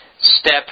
step